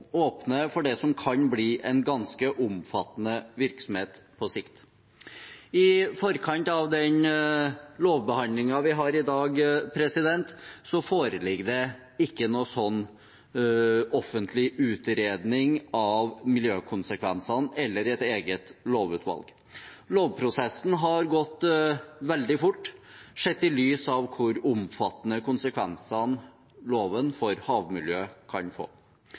åpner for det som kan bli en ganske omfattende virksomhet på sikt. I forkant av den lovbehandlingen vi har i dag, foreligger det ikke noen slik offentlig utredning av miljøkonsekvensene, eller et eget lovutvalg. Lovprosessen har gått veldig fort sett i lys av hvor omfattende konsekvenser loven kan få